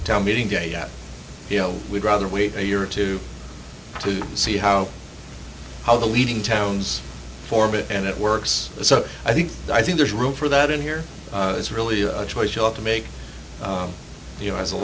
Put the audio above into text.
town meeting day yet you know we'd rather wait a year or two to see how how the leading towns for bit and it works so i think i think there's room for that in here is really a choice you ought to make you know as a